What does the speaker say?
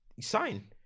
sign